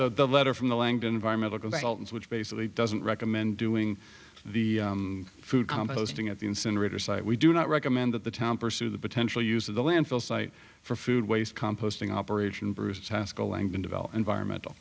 mean the letter from the langdon environmental consultant which basically doesn't recommend doing the food composting at the incinerator site we do not recommend that the town pursue the potential use of the landfill site for food waste composting operation bruce haskell and develop environmental